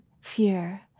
fear